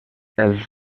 els